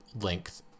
length